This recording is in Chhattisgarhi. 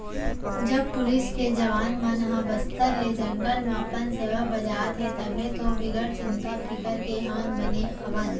जब पुलिस के जवान मन ह बस्तर के जंगल म अपन सेवा बजात हें तभे तो बिगर चिंता फिकर के हमन बने हवन